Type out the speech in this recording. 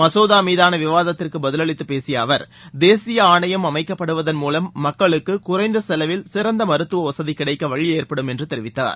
மசோதா மீதான விவாத்திற்கு பதிலளித்து பேசிய அவர் தேசிய ஆணையம் அமைக்கப்படுவதள் மூலம் மக்களுக்கு குறைந்த செலவில் சிறந்த மருத்துவ வசதி கிடைக்க வழி ஏற்படும் என்று தெரிவித்தார்